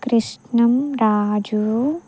Krishnam Raju